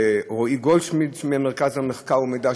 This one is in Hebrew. לרועי גולדשמידט ממרכז המחקר ומידע,